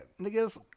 Niggas